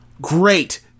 Great